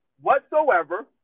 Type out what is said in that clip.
whatsoever